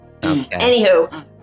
Anywho